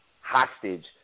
hostage